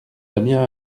damien